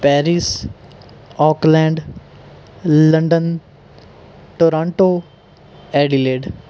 Paris Auckland London Toronto Adelaide